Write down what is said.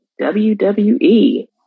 WWE